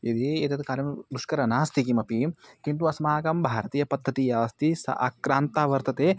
यदि एतत् कारणं दुष्करं नास्ति किमपि किन्तु अस्माकं भारतीया पद्धतिः या अस्ति सा अक्रान्ता वर्तते